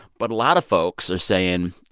but a lot of folks are saying,